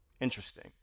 Interesting